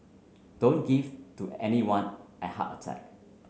don't give to anyone a heart attack